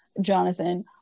Jonathan